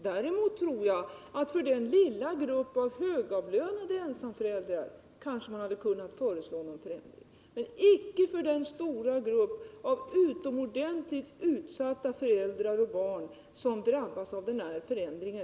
Däremot tror jag att för den lilla gruppen högavlönade ensamföräldrar hade man kanske kunnat föreslå någon förändring, men däremot icke för den stora grupp av utomordentligt utsatta föräldrar och barn som drabbas av denna förändring.